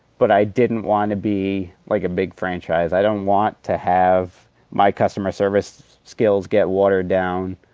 but i didn't want to be like a big franchise. i don't want to have my customer service skills get watered down.